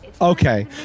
okay